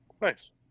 Nice